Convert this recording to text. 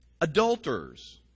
Adulterers